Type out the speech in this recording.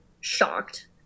shocked